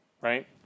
right